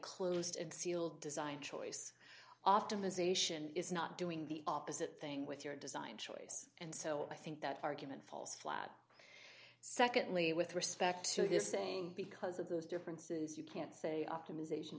closed and sealed design choice often the zation is not doing the opposite thing with your design choice and so i think that argument falls flat secondly with respect to this ng because of those differences you can't say optimization